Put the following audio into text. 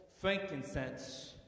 frankincense